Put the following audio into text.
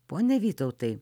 pone vytautai